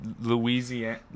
Louisiana